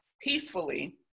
peacefully